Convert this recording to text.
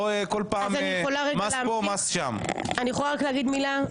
אני יכולה לומר מילה?